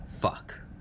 Fuck